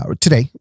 Today